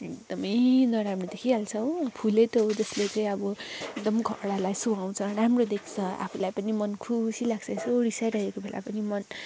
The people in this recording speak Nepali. एकदमै नराम्रो देखिहाल्छ हो फुलै त हो जसले चाहिँ अब एकदम घरहरूलाई सुहाउँछ राम्रो देख्छ आफूलाई पनि मन खुसी लाग्छ यसो रिसाइरहेको बेला पनि मन